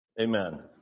Amen